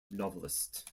novelist